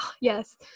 yes